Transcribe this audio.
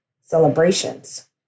celebrations